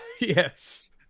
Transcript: yes